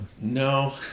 No